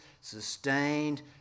sustained